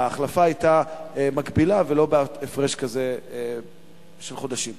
וההחלפה היתה מקבילה ולא בת הפרש כזה של חודשים.